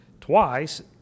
twice